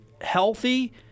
healthy